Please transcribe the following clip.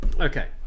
Okay